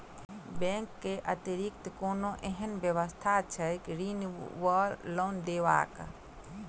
Bank केँ अतिरिक्त कोनो एहन व्यवस्था छैक ऋण वा लोनदेवाक?